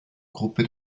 gruppe